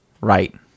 Right